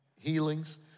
healings